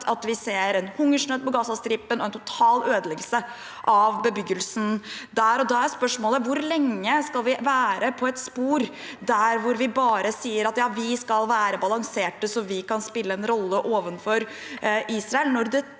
at vi ser en hungersnød på Gazastripen og en total ødeleggelse av bebyggelsen der. Da er spørsmålet: Hvor lenge skal vi være på et spor der vi bare sier at vi skal være balansert så vi kan spille en rolle overfor Israel, når det